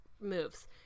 moves